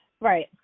Right